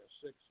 six